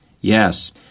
Yes